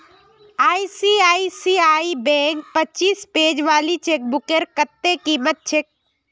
ICICI बैंकत पच्चीस page वाली चेकबुकेर कत्ते कीमत छेक